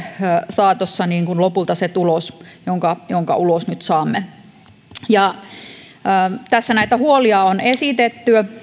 saatossa lopulta se tulos jonka jonka ulos nyt saamme tässä näitä huolia on esitetty